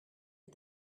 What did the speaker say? est